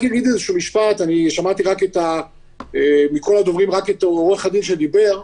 מכל הדוברים שמעתי רק את עורך-הדין שדיבר.